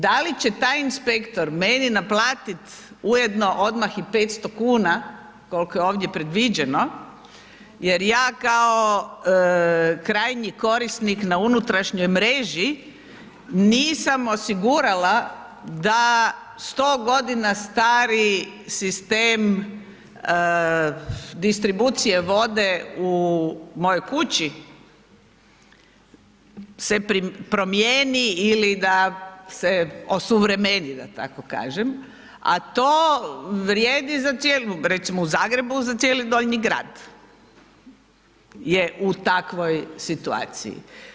Da li će taj inspektor meni naplatiti ujedno odmah i 500 kn, koliko je ovdje predviđeno jer ja kao krajnji korisnik na unutrašnjoj mreži nisam osigurala da 100 g. stari sistem distribucije vode u mojoj kući se promijeni ili da se osuvremeni, da tako kažem, a to vrijedi za cijelu, recimo u Zagrebu, za cijeli Donji Grad je u takvoj situaciji.